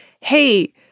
Hey